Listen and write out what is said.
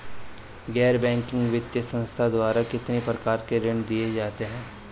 गैर बैंकिंग वित्तीय संस्थाओं द्वारा कितनी प्रकार के ऋण दिए जाते हैं?